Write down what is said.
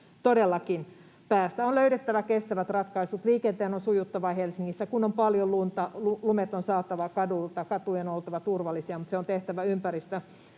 todellakin päästä. On löydettävä kestävät ratkaisut, liikenteen on sujuttava Helsingissä, ja kun on paljon lunta, lumet on saatava kaduilta ja katujen on oltava turvallisia, mutta se on tehtävä